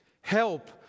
help